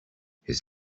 his